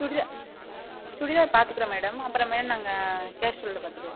சுடிதா சுடிதார் பார்த்துக்குறேன் மேடம் அப்புறமே நாங்கள் கேஷுவலில் பார்த்துக்குறோம்